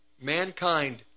mankind